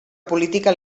política